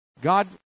God